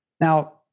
Now